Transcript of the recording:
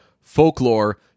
Folklore